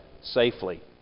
safely